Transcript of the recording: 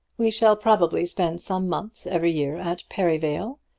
we shall probably spend some months every year at perivale,